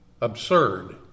absurd